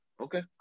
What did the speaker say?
Okay